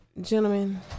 gentlemen